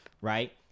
right